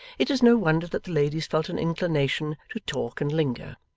it is no wonder that the ladies felt an inclination to talk and linger,